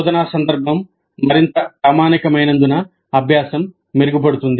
బోధనా సందర్భం మరింత ప్రామాణికమైనందున అభ్యాసం మెరుగుపడుతుంది